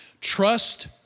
Trust